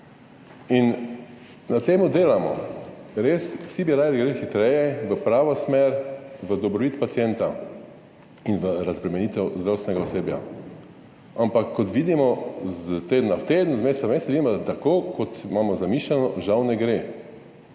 Na tem delamo. Res, vsi bi radi, da gre hitreje, v pravo smer, v dobrobit pacienta in v razbremenitev zdravstvenega osebja, ampak kot vidimo iz tedna v teden, iz meseca v mesec, da tako, kot imamo zamišljeno, žal ne gre.